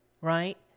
Right